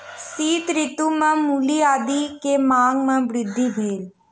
शीत ऋतू में मूली आदी के मांग में वृद्धि भेल